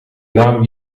naam